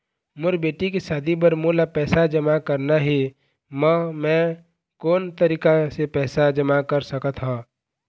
मोर बेटी के शादी बर मोला पैसा जमा करना हे, म मैं कोन तरीका से पैसा जमा कर सकत ह?